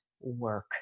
work